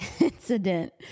incident